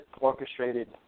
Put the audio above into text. orchestrated